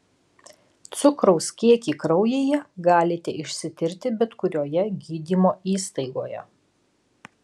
cukraus kiekį kraujyje galite išsitirti bet kurioje gydymo įstaigoje